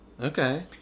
okay